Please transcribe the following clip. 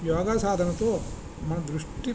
యోగా సాధనతో మన దృష్టి